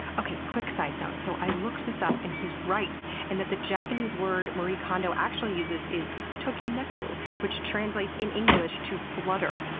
quick side note, so i looked this up, and he's right and that the japanese word marie kondo actually uses is tokimeku, which translates in english to flutter,